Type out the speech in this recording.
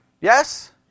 Yes